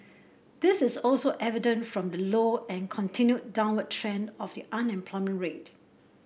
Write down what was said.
this is also evident from the low and continued downward trend of the unemployment rate